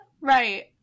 Right